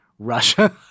Russia